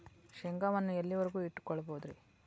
ಶೇಂಗಾವನ್ನು ಎಲ್ಲಿಯವರೆಗೂ ಇಟ್ಟು ಕೊಳ್ಳಬಹುದು ರೇ?